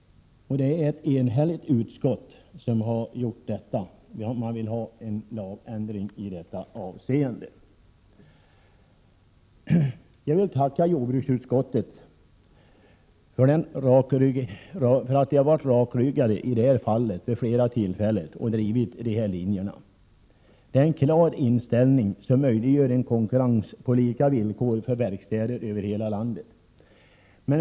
Det är ett enhälligt utskott som har gjort detta uttalande om att man vill ha en lagändring i detta avseende. Jag vill tacka jordbruksutskottet för att det i detta avseende visat sig rakryggat vid flera tillfällen och drivit dessa linjer. Utskottet har visat en klar inställning som möjliggör konkurrens på lika villkor för verkstäder över hela landet.